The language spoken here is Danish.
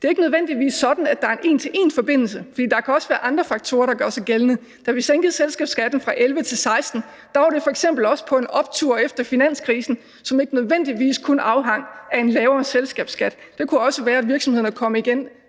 Det er ikke nødvendigvis sådan, at der er en en til en-forbindelse, for der kan også være andre faktorer, der gør sig gældende. Da vi sænkede selskabsskatten fra 2011 til 2016, var det f.eks. også på en optur efter finanskrisen, som ikke nødvendigvis kun afhang af en lavere selskabsskat. Det kunne også være, at virksomhederne kom igen